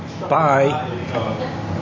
Bye